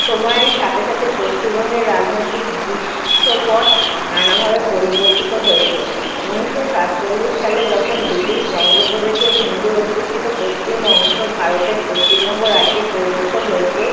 সময়ের সাথে সাথে পশ্চিমবঙ্গের রাজনৈতিক দৃশ্যপট নানাভাবে পরিবর্তিত হয়েছে উনিশশো সাতচল্লিশ সালে যখন ব্রিটিশ বঙ্গপ্রদেশে হিন্দু অধ্যুষিত পশ্চিম অংশ ভারতের পশ্চিমবঙ্গ রাজ্যে পরিণত হয়েছে